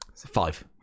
five